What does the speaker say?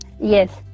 yes